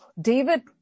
David